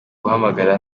guhamagara